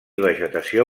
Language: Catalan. vegetació